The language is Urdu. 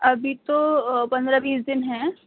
ابھی تو پندرہ بیس دن ہیں